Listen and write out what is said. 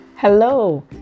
Hello